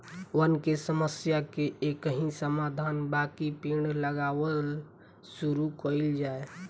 वन के समस्या के एकही समाधान बाकि पेड़ लगावल शुरू कइल जाए